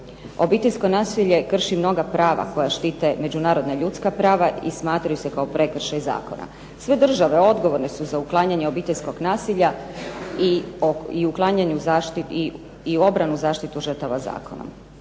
Obiteljsko nasilje krši mnoga prava koja štite međunarodna i ljudska prava i smatraju se kao prekršaj zakona. Sve države odgovorne su za uklanjanje obiteljskog nasilja i obranu, zaštitu žrtava zakonom.